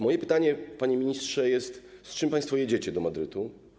Moje pytanie, panie ministrze, brzmi: Z czym państwo jedziecie do Madrytu?